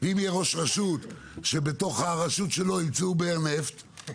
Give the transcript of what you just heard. ואם יש ראש רשות שברשות שלו ימצאו נפט,